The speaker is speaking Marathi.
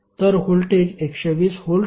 तर व्होल्टेज 120 व्होल्ट आहे